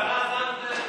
השרה זנדברג.